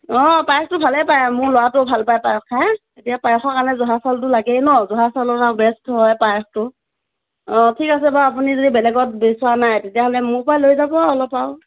অ পাইছোঁ ভালে পায় মোৰ ল'ৰাটোৱেও ভাল পায় পায়স খাই এতিয়া পায়সৰ কাৰণে জহা চাউলটো লাগেই ন' জহা চাউলৰ পৰা বেষ্ট হয় পায়সটো অ ঠিক আছে বাৰু আপুনি যদি বেলেগত বিচৰা নাই তেতিয়াহ'লে মোৰ পৰাই লৈ যাব আৰু অলপ আৰু